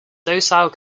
docile